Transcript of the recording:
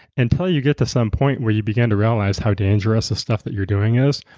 until you get to some point where you begin to realize how dangerous the stuff that you're doing is.